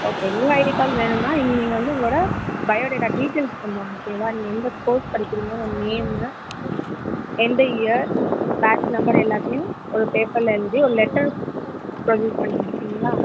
okay new ID card வேணும்னா நீங்கள் வந்து உங்களோட பயோடேட்டா டீட்டெய்ல் கொண்டு வாங்க ஓகேவா நீங்கள் எந்த கோர்ஸ் படிக்கிறீங்கள் உங்கள் நேம்மு எந்த இயர் பேட்ச் நம்பர் எல்லாத்தையும் ஒரு பேப்பர்ல எழுதி ஒரு லெட்டர் பண்ணுங்கள் சரிங்களா